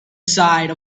side